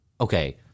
Okay